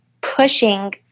pushing